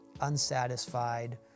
unsatisfied